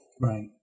Right